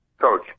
coach